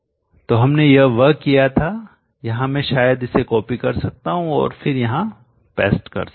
तो मैंने यह वहां किया था यहां मैं शायद इसे कॉपी कर सकता हूं और फिर यहां पेस्ट कर सकता हूं